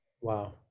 Wow